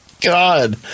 God